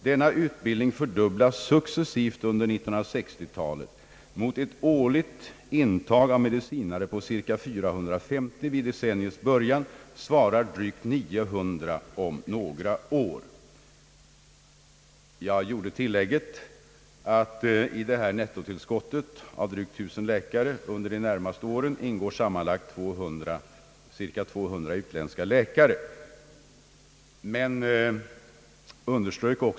Denna utbildning fördubblas successivt under 1960-talet — mot ett årligt intag av medicinare på cirka 450 vid decenniets början svarar drygt 900 om några år. I nettotillskottet av drygt 1 000 läkare under de närmaste åren ingår sammanlagt cirka 200 utländska läkare.